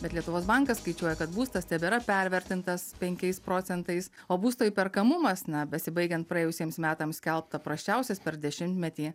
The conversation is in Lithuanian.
bet lietuvos bankas skaičiuoja kad būstas tebėra pervertintas penkiais procentais o būsto įperkamumas ne besibaigiant praėjusiems metams skelbta prasčiausias per dešimtmetį